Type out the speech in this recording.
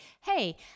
hey